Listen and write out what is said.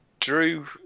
drew